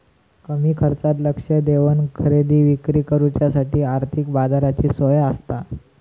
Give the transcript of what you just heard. कमी खर्चात लक्ष देवन खरेदी विक्री करुच्यासाठी आर्थिक बाजाराची सोय आसता